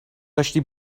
داشتی